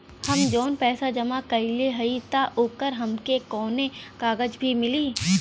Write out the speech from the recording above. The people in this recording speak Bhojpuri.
हम जवन पैसा जमा कइले हई त ओकर हमके कौनो कागज भी मिली?